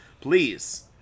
please